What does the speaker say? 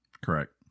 Correct